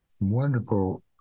wonderful